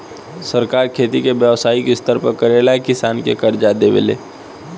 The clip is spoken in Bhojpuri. सरकार खेती के व्यवसायिक स्तर पर करेला किसान के कर्जा देवे ले